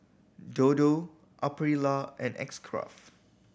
Dodo Aprilia and X Craft